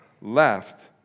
left